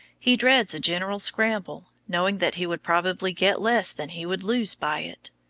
he dreads a general scramble, knowing that he would probably get less than he would lose by it.